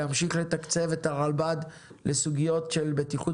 להמשיך לתקצב את הרלב"ד לסוגיות של בטיחות